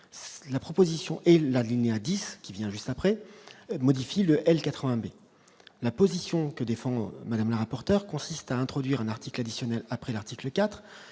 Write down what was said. la proposition est la ligne à 10 qui vient juste après modifié le elle 80 B, la position que défend Madame le rapporteur consiste à introduire un article additionnel après l'article IV